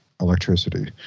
electricity